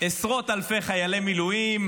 עשרות אלפי חיילי מילואים,